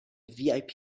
vip